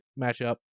matchup